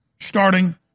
Starting